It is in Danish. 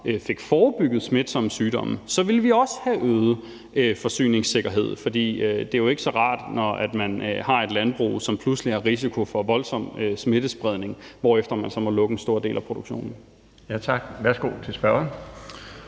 fik forebygget smitsomme sygdomme, ville vi i øvrigt også have øget forsyningssikkerhed, for det er jo ikke så rart, når man har et landbrug, som pludselig er i risiko for voldsom smittespredning, hvorefter man så må lukke en stor del af produktionen. Kl. 22:03 Den fg.